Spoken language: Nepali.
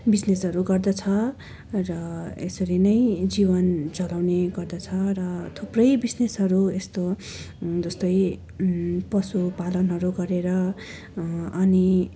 बिजनेसहरू गर्दछ र यसरी नै जीवन चलाउने गर्दछ र थुप्रै बिजनेसहरू यस्तो जस्तै पशुपालनहरू गरेर अनि